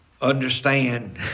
understand